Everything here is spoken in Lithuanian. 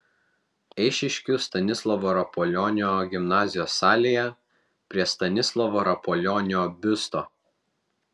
eišiškių stanislovo rapolionio gimnazijos salėje prie stanislovo rapolionio biusto